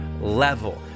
level